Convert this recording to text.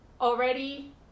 already